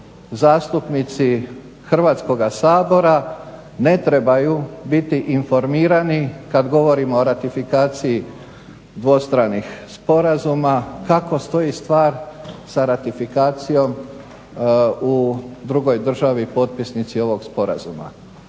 zastupnici Hrvatskoga sabora ne trebaju biti informirani kad govorimo o ratifikaciji dvostranih sporazuma kako stoji stvar sa ratifikacijom u drugoj državi potpisnici ovog sporazuma.